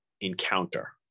encounter